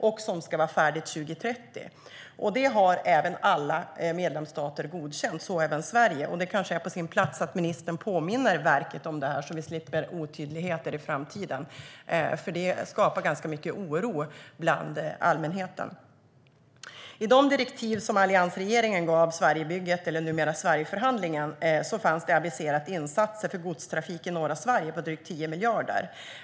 Det ska vara färdigt 2030. Detta har alla medlemsstater godkänt, så även Sverige. Det kanske är på sin plats att ministern påminner verket om detta så att vi slipper otydligheter i framtiden. Det skapar ganska mycket oro bland allmänheten.I de direktiv som alliansregeringen gav Sverigebygget, numera Sverigeförhandlingen, fanns aviserat insatser för godstrafik i norra Sverige på drygt 10 miljarder.